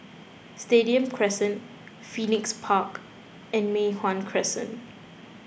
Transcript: Stadium Crescent Phoenix Park and Mei Hwan Crescent